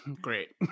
Great